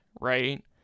right